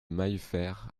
maillefert